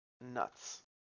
nuts